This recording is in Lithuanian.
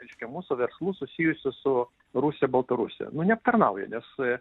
reiškia mūsų verslų susijusių su rusija baltarusija nu neaptarnauja nes